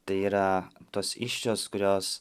tai yra tos įsčios kurios